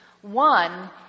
One